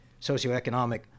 socioeconomic